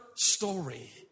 story